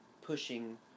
pushing